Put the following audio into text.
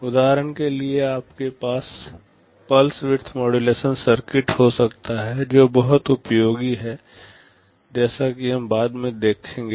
उदाहरण के लिए आपके पास पल्स वीडथ मॉड्यूलेशन सर्किट हो सकता है जो बहुत उपयोगी है जैसा की हम बाद में देखेंगे